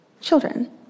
children